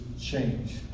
change